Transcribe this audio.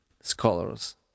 scholars